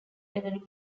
category